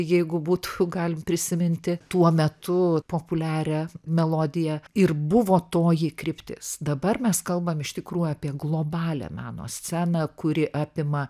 jeigu būtų galima prisiminti tuo metu populiarią melodiją ir buvo toji kryptis dabar mes kalbam iš tikrųjų apie globalią meno sceną kuri apima